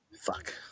Fuck